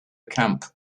camp